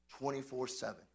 24-7